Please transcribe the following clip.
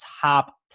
top